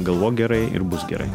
galvok gerai ir bus gerai